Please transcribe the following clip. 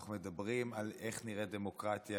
אנחנו מדברים על איך נראית דמוקרטיה